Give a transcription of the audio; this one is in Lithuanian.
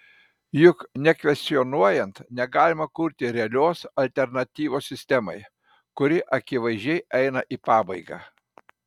juk nekvestionuojant negalima kurti realios alternatyvos sistemai kuri akivaizdžiai eina į pabaigą